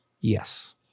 Yes